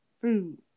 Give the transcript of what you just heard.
food